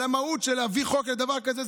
על המהות של להביא חוק לדבר כזה,